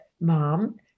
mom